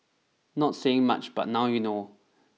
not saying much but now you know